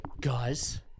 guys